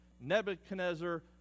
Nebuchadnezzar